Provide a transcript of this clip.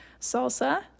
Salsa